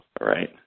Right